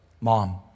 Mom